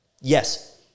yes